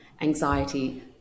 anxiety